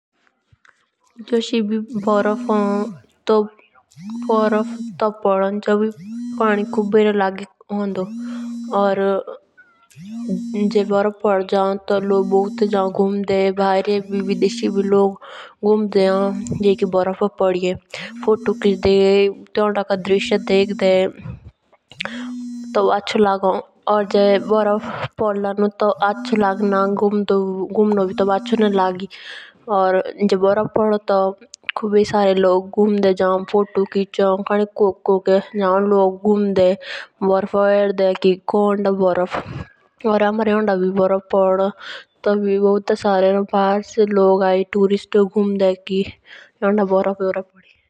जूस एभी बर्फ़ हुन तो बर्फ़ टीबी पेडों जेबी पानी खूबी रौन होंडो लगी जे बर्फ़ पीडी जौन घुंडे। या भैरे दी भी लोग घुंडे जाइके बारफ होन पोद्येन्दो त्योंदो का दिरिस्ये देखदे। तबाचो लगोन या जे बरफ पोदनु तो लग ना आचो घूमदो।